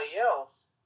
else